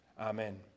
Amen